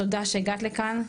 תודה שהגעת לכאן.